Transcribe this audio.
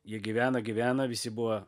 jie gyvena gyvena visi buvo